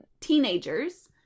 teenagers